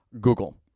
Google